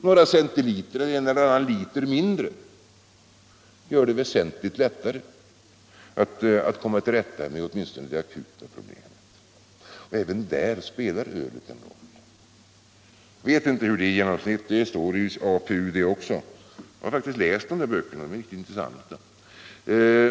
Några centiliter eller en eller annan liter mindre gör det nämligen väsentligt lättare att komma till rätta med det akuta problemet. Även därvidlag spelar ölet en roll. Jag vet inte hur det är i genomsnitt, men det står i APU det också. Jag har faktiskt läst de där böckerna, och de var riktigt intressanta.